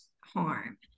harm